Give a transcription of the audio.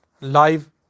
live